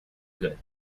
good